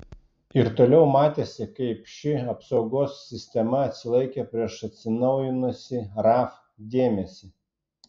ir toliau matėsi kaip ši apsaugos sistema atsilaikė prieš atsinaujinusį raf dėmesį